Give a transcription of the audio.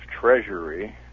Treasury